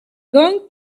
going